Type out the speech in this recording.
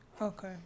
okay